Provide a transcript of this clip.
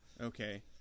Okay